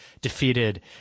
defeated